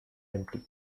empty